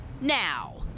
now